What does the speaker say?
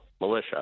militia